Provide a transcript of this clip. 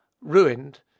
ruined